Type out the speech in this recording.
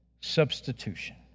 substitution